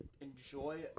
enjoy